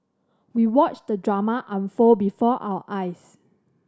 we watched the drama unfold before our eyes